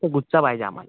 असा गुच्छ पाहिजे आम्हाला